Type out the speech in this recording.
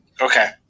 Okay